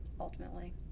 ultimately